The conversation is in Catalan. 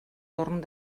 torn